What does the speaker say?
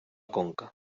conca